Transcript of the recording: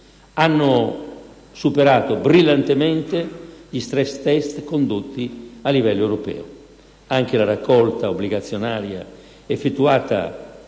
hanno superato brillantemente gli *stress* *test* condotti a livello europeo. Anche la raccolta obbligazionaria effettuata